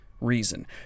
reason